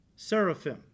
Seraphim